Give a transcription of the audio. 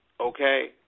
Okay